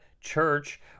church